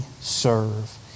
serve